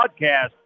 podcast